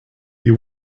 you